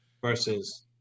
versus